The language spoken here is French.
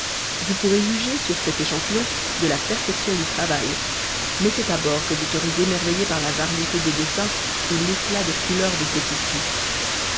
vous pourrez juger sur cet échantillon de la perfection du travail mais c'est à bord que vous serez émerveillés par la variété des dessins et l'éclat des couleurs de ces tissus